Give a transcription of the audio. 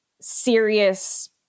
serious